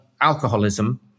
alcoholism